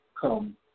come